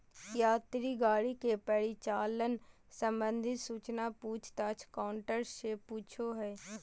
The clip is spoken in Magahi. यात्री गाड़ी के परिचालन संबंधित सूचना पूछ ताछ काउंटर से पूछो हइ